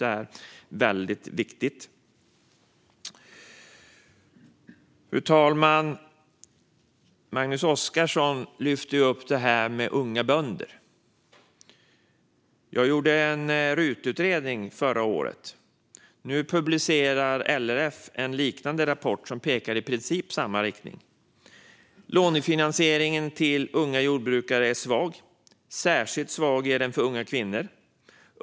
Det är väldigt viktigt. Fru talman! Magnus Oscarsson lyfte upp det här med unga bönder. Jag lät göra en RUT-utredning förra året, och nu publicerar LRF en liknande rapport som i princip pekar i samma riktning: Lånefinansieringen till unga jordbrukare är svag, och särskilt svag är den till unga kvinnor.